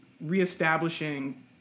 reestablishing